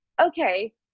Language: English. okay